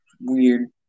weird